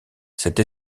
cette